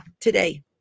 today